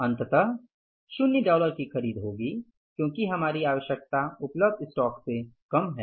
अंततः शुन्य डॉलर की खरीद होगी क्योंकि हमारी आवश्यकता उपलब्ध स्टॉक से कम हैं